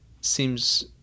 seems